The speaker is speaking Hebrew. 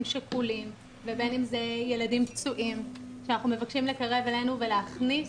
שכולים ובין אם ילדים פצועים שאנחנו מבקשים לקרב אלינו ולהכניס,